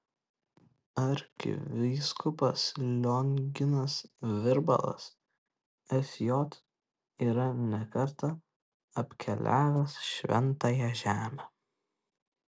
arkivyskupas lionginas virbalas sj yra ne kartą apkeliavęs šventąją žemę